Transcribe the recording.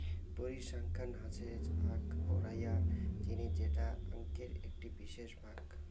পরিসংখ্যান হসে আক পড়াইয়ার জিনিস যেটা অংকের একটি বিশেষ ভাগ